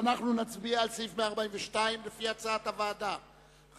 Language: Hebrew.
נעבור להצביע על סעיף 141 לפי הצעת הוועדה,